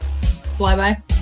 Flyby